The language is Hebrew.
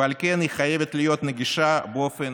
ועל כן היא חייבת להיות נגישה באופן